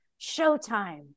Showtime